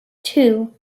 two